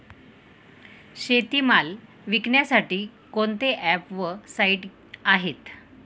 शेतीमाल विकण्यासाठी कोणते ॲप व साईट आहेत?